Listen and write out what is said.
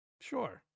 sure